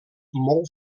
molt